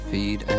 Feed